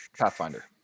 Pathfinder